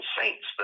saints